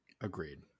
Agreed